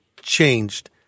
changed